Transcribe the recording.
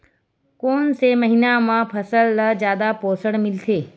कोन से महीना म फसल ल जादा पोषण मिलथे?